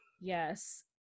Yes